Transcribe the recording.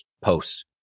posts